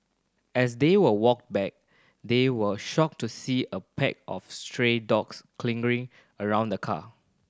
as they were walked back they were shocked to see a pack of stray dogs circling around the car